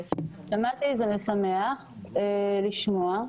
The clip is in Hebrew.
שמעתי וזה משמח לשמוע.